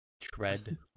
Tread